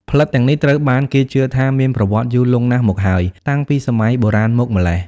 ផ្លិតទាំងនេះត្រូវបានគេជឿថាមានប្រវត្តិយូរលង់ណាស់មកហើយ តាំងពីសម័យបុរាណមកម្ល៉េះ។